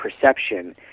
perception